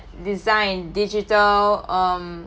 design digital um